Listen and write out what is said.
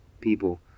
people